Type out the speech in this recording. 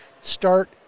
start